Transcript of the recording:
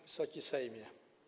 Wysoki Sejmie!